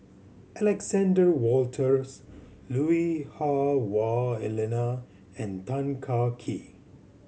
Alexander Wolters Lui Hah Wah Elena and Tan Kah Kee